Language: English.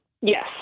Yes